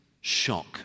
shock